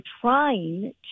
trying